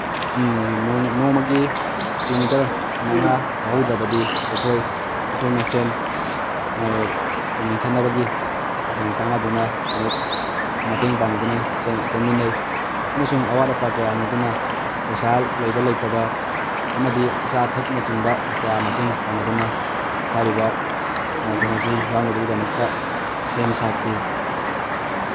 ꯅꯣꯡꯃ ꯅꯣꯡꯃꯒꯤ ꯀꯤꯂꯣꯃꯤꯇꯔ ꯃꯉꯥ ꯐꯥꯍꯧꯗ꯭ꯔꯕꯗꯤ ꯑꯩꯈꯣꯏ ꯑꯩꯈꯣꯏ ꯃꯁꯦꯟ ꯃꯦꯟꯈꯠꯅꯕꯒꯤ ꯇꯥꯅꯗꯨꯅ ꯑꯃꯨꯛ ꯃꯇꯦꯡ ꯄꯥꯡꯅꯗꯨꯅ ꯆꯦꯟꯃꯤꯟꯅꯩ ꯑꯃꯁꯨꯡ ꯑꯋꯥꯠ ꯑꯄꯥ ꯀꯌꯥ ꯍꯪꯅꯗꯨꯅ ꯄꯩꯁꯥ ꯂꯩꯕ ꯂꯩꯇꯕ ꯑꯃꯗꯤ ꯑꯆꯥ ꯑꯊꯛꯅꯆꯤꯡꯕ ꯀꯌꯥ ꯃꯇꯦꯡ ꯄꯥꯡꯅꯗꯨꯅ ꯍꯥꯏꯔꯤꯕ ꯃꯔꯥꯊꯣꯟ ꯑꯁꯤ ꯌꯥꯎꯅꯕꯒꯤꯗꯃꯛꯇ ꯁꯦꯝ ꯁꯥꯈꯤ